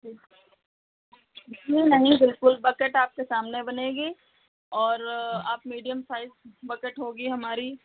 जी जी नहीं बिल्कुल बकेट आपके सामने बनेगी और आप मीडियम साइज़ बकेट होगी हमारी